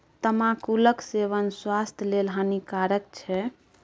तमाकुलक सेवन स्वास्थ्य लेल हानिकारक छै